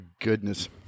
goodness